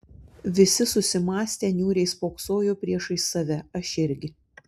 visi susimąstę niūriai spoksojo priešais save aš irgi